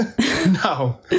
No